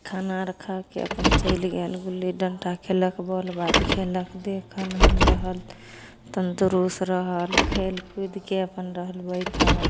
खाना आर खाके अपन चलि गेल गुल्ली डंटा खेललक बॉल बैट खेललक देह खनहन रहल तंदुरस्त रहल खेल कूदके अपन रहलू बैठल